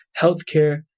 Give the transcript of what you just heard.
healthcare